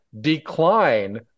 decline